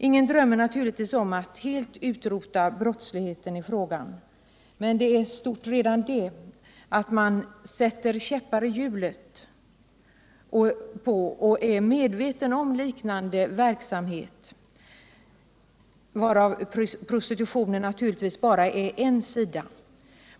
Ingen drömmer naturligtvis om att helt kunna utrota brottsligheten i fråga men det är stort redan det att man är medveten om och sätter käppar i hjulet på liknande verksamhet, varav prostitutionen naturligtvis bara är en sida.